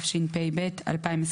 התשפ"ב-2021."